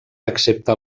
excepte